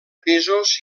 pisos